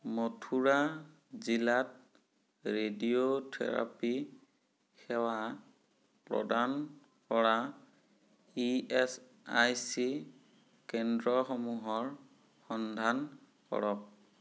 মথুৰা জিলাত ৰেডিঅ'থেৰাপী সেৱা প্ৰদান কৰা ইএচআইচি কেন্দ্ৰসমূহৰ সন্ধান কৰক